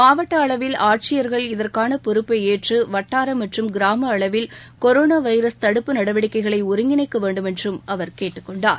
மாவட்ட அளவில் ஆட்சியர்கள் இதற்கான பொறுப்பையேற்று வட்டார மற்றும் கிராம அளவில் கொரோனா வைரஸ் தடுப்பு நடவடிக்கைகளை ஒருங்கிணைக்க வேண்டுமென்றும் அவர் கேட்டுக் கொண்டார்